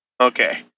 Okay